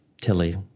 Tilly